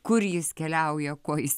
kur jis keliauja ko jis